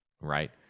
right